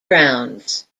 drowns